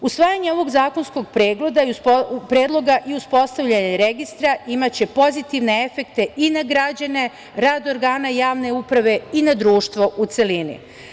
Usvajanje ovog zakonskog predloga i uspostavljanje registra imaće pozitivne efekte i na građane, rad organa javne uprave i na društvo u celini.